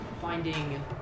Finding